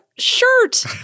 Shirt